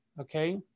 okay